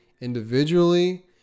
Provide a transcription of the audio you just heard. individually